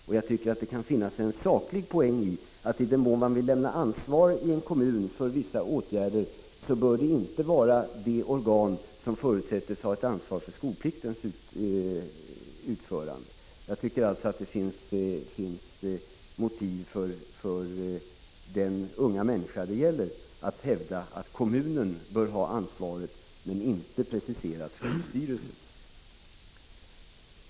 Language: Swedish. I den mån man vill lämna ansvaret i en kommun för vissa åtgärder till ett organ, kan det finnas en saklig poäng i att det inte blir fråga om ett organ som förutsätts ha ansvar för skolplikten. Det finns alltså motiv för den unga människa det gäller att hävda att kommunen bör ha ansvaret, men detta skall inte preciseras av skolstyrelsen.